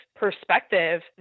perspective